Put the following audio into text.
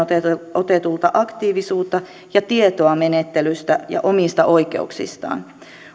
otetulta aktiivisuutta ja tietoa menettelystä ja omista oikeuksistaan